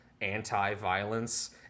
anti-violence